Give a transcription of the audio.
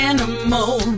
Animal